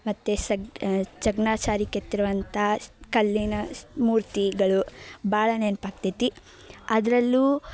ಮತ್ತು ಸಗ್ ಜಕ್ಣಾಚಾರಿ ಕೆತ್ತಿರುವಂಥ ಕಲ್ಲಿನ ಸ್ ಮೂರ್ತಿಗಳು ಭಾಳ ನೆನಪಾಗ್ತೈತಿ ಅದರಲ್ಲೂ